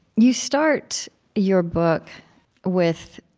you start your book with